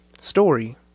story